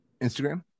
Instagram